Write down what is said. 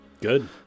Good